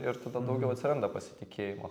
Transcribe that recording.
ir tada daugiau atsiranda pasitikėjimo